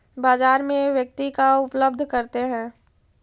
बाजार में व्यक्ति का उपलब्ध करते हैं?